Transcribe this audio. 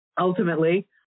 ultimately